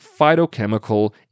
phytochemical